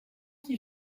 qui